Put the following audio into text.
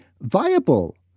viable